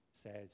says